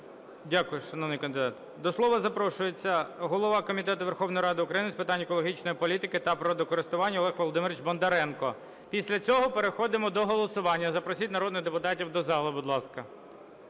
Дякую, шановний кандидат. До слова запрошується голова Комітету Верховної Ради України з питань екологічної політики та природокористування Олег Володимирович Бондаренко. Після цього переходимо до голосування, запросіть народних депутатів до зали, будь ласка.